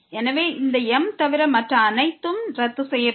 எனவே இந்த m தவிர மற்ற அனைத்தும் ரத்து செய்யப்படும்